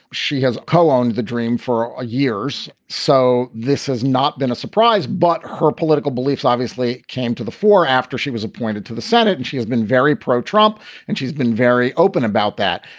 she has co on the dream for ah years. so this has not been a surprise. but her political beliefs obviously came to the fore after she was appointed to the senate. and she has been very pro trump and she's been very open about that.